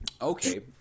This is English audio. Okay